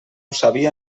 sabia